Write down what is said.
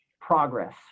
progress